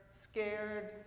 scared